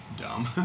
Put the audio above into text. dumb